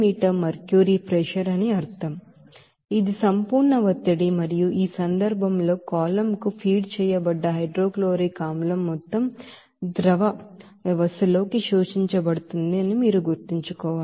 ఇది అబ్సొల్యూట్ ప్రెషర్సంపూర్ణ ఒత్తిడి మరియు ఈ సందర్భంలో కాలమ్ కు ఫీడ్ చేయబడ్డ హైడ్రోక్లోరిక్ ఆసిడ్ మొత్తం లిక్విడ్ సిస్టంలోద్రవ వ్యవస్థ శోషించబడిందని మీరు గుర్తుంచుకోవాలి